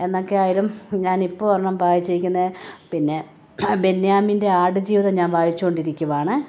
എന്നൊക്കെ ആയാലും ഞാനിപ്പോള് ഒരെണ്ണം വായിച്ചിരിക്കുന്നെ പിന്നെ ബെന്യാമിൻ്റെ ആടുജീവിതം ഞാന് വായിച്ചോണ്ടിരിക്കുവാണ്